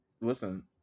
Listen